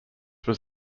was